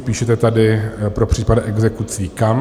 Píšete tady pro případ exekucí kam.